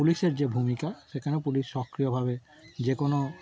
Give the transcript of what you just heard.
পুলিশের যে ভূমিকা সেখানে পুলিশ সক্রিয়ভাবে যে কোনো